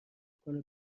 کنه